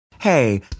Hey